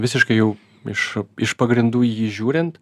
visiškai jau iš iš pagrindų į jį žiūrint